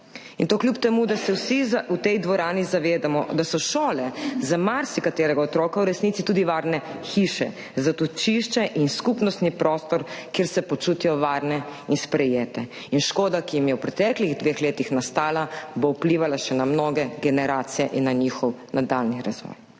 In to kljub temu da se vsi v tej dvorani zavedamo, da so šole za marsikaterega otroka v resnici tudi varne hiše, zatočišče in skupnostni prostor, kjer se počutijo varne in sprejete. Škoda, ki jim je v preteklih dveh letih nastala, bo vplivala še na mnoge generacije in na njihov nadaljnji razvoj.